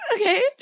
Okay